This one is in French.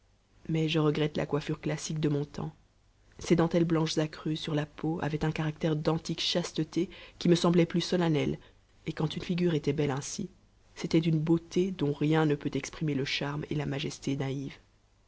mais je regrette la coiffure classique de mon temps ces dentelles blanches à cru sur la peau avaient un caractère d'antique chasteté qui me semblait plus solennel et quand une figure était belle ainsi c'était d'une beauté dont rien ne peut exprimer le charme et la majesté